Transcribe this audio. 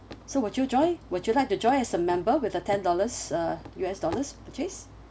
so would you join would you like to join as a member with a ten dollars uh U_S dollars purchase